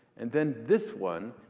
and then this one,